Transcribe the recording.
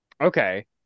Okay